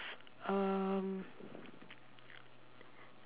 um